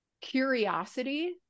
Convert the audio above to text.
curiosity